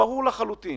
כשברור לחלוטין